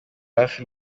hafi